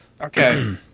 Okay